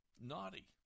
naughty